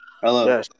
Hello